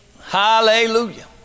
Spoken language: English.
Hallelujah